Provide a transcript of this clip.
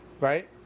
right